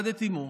אחד את אימו,